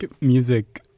music